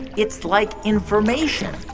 it's like information.